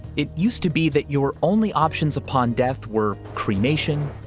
it used to be that your only options upon death were cremation,